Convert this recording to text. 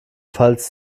falls